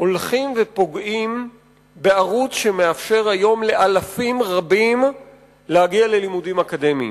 הולכים ופוגעים בערוץ שמאפשר היום לאלפים רבים להגיע ללימודים אקדמיים.